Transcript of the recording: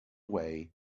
way